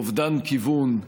אובדן כיוון,